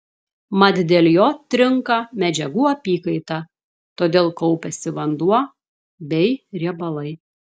mat dėl jo trinka medžiagų apykaita todėl kaupiasi vanduo bei riebalai